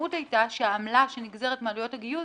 המשמעות היתה שהעמלה שנגזרת מעלויות הגיוס